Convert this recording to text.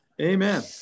Amen